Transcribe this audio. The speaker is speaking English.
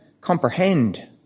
comprehend